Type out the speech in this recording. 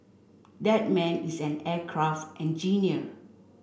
that man is an aircraft engineer